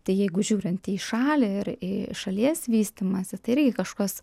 tai jeigu žiūrint į šalį ir į šalies vystymąsi tai irgi kažkas